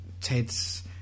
Ted's